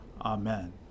Amen